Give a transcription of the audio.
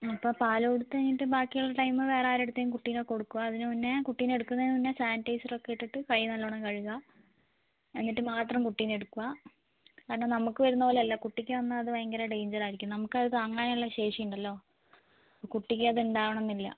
അപ്പോൾ പാൽ കൊടുത്തുകഴിഞ്ഞിട്ട് ബാക്കിയുള്ള ടൈം വേറെ ആരുടെ അടുത്തെങ്കിലും കുട്ടീനെ കൊടുക്കുക അതിനുമുന്നേ കുട്ടീനെ എടുക്കുന്നതിനു മുന്നേ സാനിറ്റൈസർ ഒക്കെ ഇട്ടിട്ട് കൈ നല്ലവണ്ണം കഴുകുക എന്നിട്ട് മാത്രം കുട്ടീനെ എടുക്കുക കാരണം നമുക്ക് വരുന്നത് പോലെ അല്ല കുട്ടിക്ക് വന്നാൽ അത് ഭയങ്കര ഡേഞ്ചർ ആയിരിക്കും നമുക്കത് താങ്ങാനുള്ള ശേഷിയുണ്ടല്ലോ കുട്ടിക്കത് ഉണ്ടാവണമെന്നില്ല